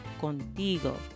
contigo